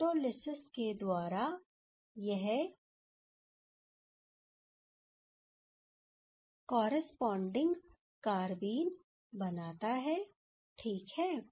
photolysis के द्वारा यह कॉरस्पॉडिंग कारबीन बनाता है ठीक है